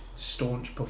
Staunch